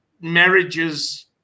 marriages